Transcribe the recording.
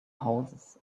houses